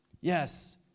Yes